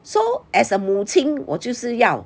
so as a 母亲我就是要